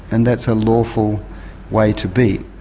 and that's a lawful way to be.